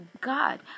God